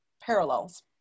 parallels